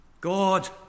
God